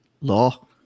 Law